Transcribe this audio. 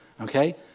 okay